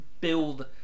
build